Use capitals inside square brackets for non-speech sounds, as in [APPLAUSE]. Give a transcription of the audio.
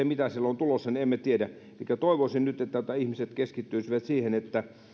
[UNINTELLIGIBLE] mitä siellä on tulossa emme tiedä elikkä toivoisin nyt että ihmiset keskittyisivät siihen